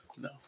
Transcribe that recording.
No